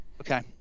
Okay